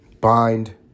Bind